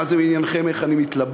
מה זה עניינכם איך אני מתלבש?